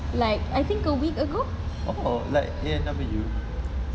like I think a week ago